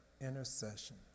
intercession